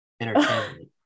Entertainment